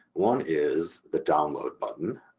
one is the download button